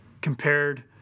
compared